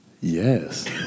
Yes